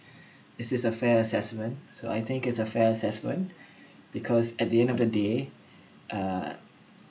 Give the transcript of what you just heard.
this is a fair assessment so I think is a fair assessment because at the end of the day uh